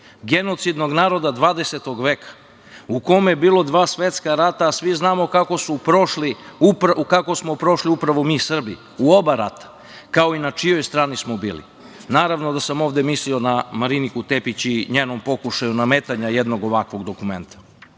genocidnog naroda 20. veka u kome je bilo dva svetska rata, a svi znamo kako smo prošli upravo mi Srbi u oba rata, kao i na čijoj strani smo bili. Naravno da sam ovde mislio na Mariniku Tepić i njenom pokušaju nametanja jednog ovakvog dokumenta. To